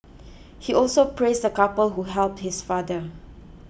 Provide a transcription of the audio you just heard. he also praised the couple who helped his father